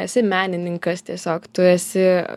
esi menininkas tiesiog tu esi